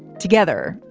together,